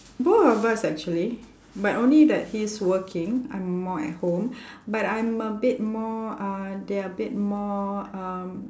both of us actually but only that he's working I'm more at home but I'm a bit more uh they're a bit more um